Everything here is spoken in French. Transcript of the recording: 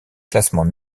classements